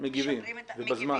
--- מגיבים ובזמן.